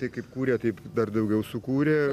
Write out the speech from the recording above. tai kaip kūrė taip dar daugiau sukūrė